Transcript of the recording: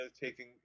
taking